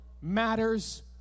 matters